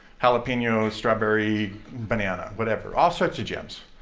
jalapeno, strawberry, banana, whatever all sorts of jams.